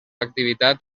activitat